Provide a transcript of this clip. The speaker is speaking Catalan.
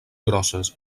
grosses